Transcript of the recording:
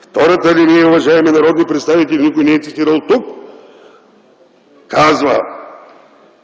Втората алинея, уважаеми народни представители, никой не я е цитирал тук, казва: